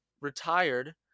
retired